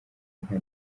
inka